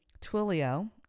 Twilio